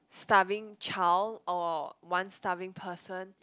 starving child or one starving person